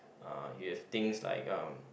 uh you have things like uh